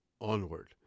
onward